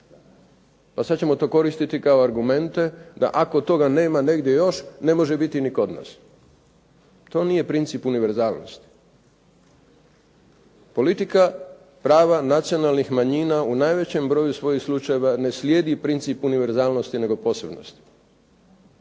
Pa sad ćemo to koristiti kao argumente da ako toga nema negdje još ne može biti ni kod nas. To nije princip univerzalnosti. Politika prava nacionalnih manjina u najvećem broju svojih slučajeva ne slijedi princip univerzalnosti nego posebnosti.